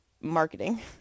marketing